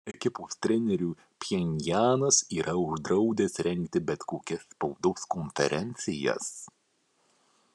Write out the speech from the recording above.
ekipos treneriui pchenjanas yra uždraudęs rengti bet kokias spaudos konferencijas